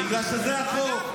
בגלל שזה החוק.